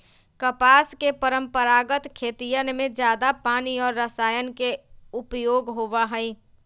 कपास के परंपरागत खेतियन में जादा पानी और रसायन के उपयोग होबा हई